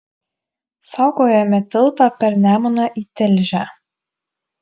saugojome tiltą per nemuną į tilžę